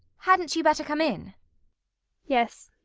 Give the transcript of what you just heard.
hadn't you better come in yes.